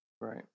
right